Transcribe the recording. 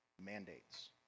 mandates